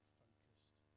focused